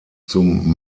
zum